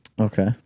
Okay